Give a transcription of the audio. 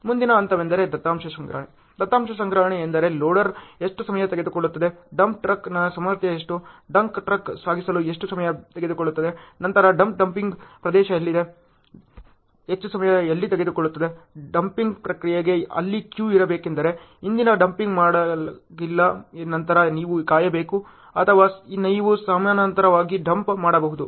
ಮುಂದಿನ ಹಂತವೆಂದರೆ ದತ್ತಾಂಶ ಸಂಗ್ರಹಣೆ ದತ್ತಾಂಶ ಸಂಗ್ರಹಣೆ ಎಂದರೆ ಲೋಡರ್ ಎಷ್ಟು ಸಮಯ ತೆಗೆದುಕೊಳ್ಳುತ್ತದೆ ಡಂಪ್ ಟ್ರಕ್ನ ಸಾಮರ್ಥ್ಯ ಎಷ್ಟು ಡಂಪ್ ಟ್ರಕ್ ಸಾಗಿಸಲು ಎಷ್ಟು ಸಮಯ ತೆಗೆದುಕೊಳ್ಳುತ್ತದೆ ನಂತರ ಡಂಪ್ ಡಂಪಿಂಗ್ ಪ್ರದೇಶ ಎಲ್ಲಿದೆ ಹೆಚ್ಚು ಸಮಯ ತೆಗೆದುಕೊಳ್ಳುತ್ತದೆ ಡಂಪಿಂಗ್ ಪ್ರಕ್ರಿಯೆಗೆ ಅಲ್ಲಿ ಕ್ಯೂ ಇರಬೇಕೆಂದರೆ ಹಿಂದಿನ ಡಂಪಿಂಗ್ ಮಾಡಲಾಗಿಲ್ಲ ನಂತರ ನೀವು ಕಾಯಬೇಕು ಅಥವಾ ನೀವು ಸಮಾನಾಂತರವಾಗಿ ಡಂಪ್ ಮಾಡಬಹುದು